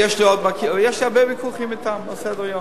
ויש לי הרבה ויכוחים אתם על סדר-היום.